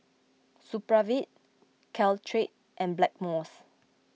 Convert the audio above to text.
Supravit Caltrate and Blackmores